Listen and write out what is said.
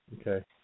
Okay